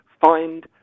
Find